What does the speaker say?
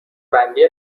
بندی